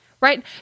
right